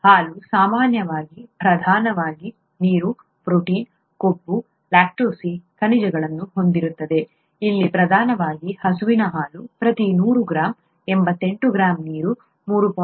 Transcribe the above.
ಹಾಲು ಸಾಮಾನ್ಯವಾಗಿ ಪ್ರಧಾನವಾಗಿ ನೀರು ಪ್ರೋಟೀನ್ ಕೊಬ್ಬು ಲ್ಯಾಕ್ಟೋಸ್ ಖನಿಜಗಳನ್ನು ಹೊಂದಿರುತ್ತದೆ ಇಲ್ಲಿ ಪ್ರಧಾನವಾಗಿ ಹಸುವಿನ ಹಾಲು ಪ್ರತಿ ನೂರು ಗ್ರಾಂ 88 ಗ್ರಾಂ ನೀರು 3